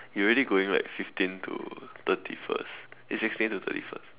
you really going back fifteen to thirty first eh sixteen to thirty first